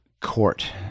Court